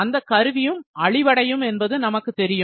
அந்த கருவியும் அழிவடையும் என்று நமக்கு தெரியும்